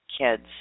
kids